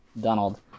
Donald